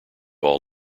all